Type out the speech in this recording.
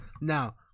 Now